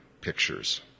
pictures